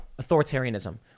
authoritarianism